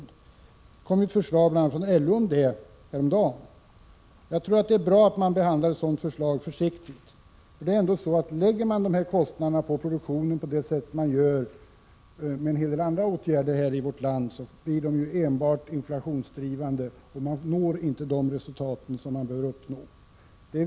Det har bl.a. kommit ett förslag från LO om en sådan fond häromdagen. Jag tror att det är bra att behandla ett sådant förslag försiktigt. Lägger vi kostnaderna på produktionen på sådant sätt som vi gör beträffande en hel del andra åtgärder i vårt land, blir det enbart en inflationsdrivande effekt, och vi kommer inte att nå de resultat som vi bör nå.